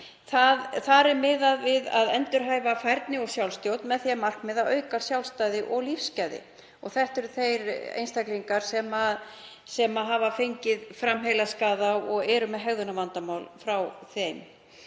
er miðað við að endurhæfa færni og sjálfstjórn með það að markmiði að auka sjálfstæði og lífsgæði. Það eru þeir einstaklingar sem hafa fengið framheilaskaða og eru með hegðunarvandamál út frá honum.